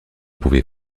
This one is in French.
pouvait